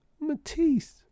Matisse